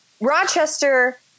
Rochester